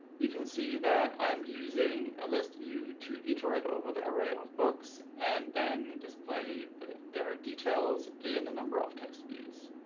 you can see that i'm using a list view to iterate over the array of books, and then display but their details in a number of text views.